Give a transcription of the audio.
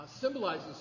symbolizes